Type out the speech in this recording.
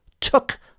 took